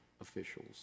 officials